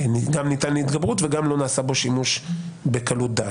הזה ניתן להתגברות וגם לא נעשה בו שימוש בקלות דעת.